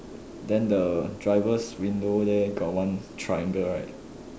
then the driver's window there got one triangle right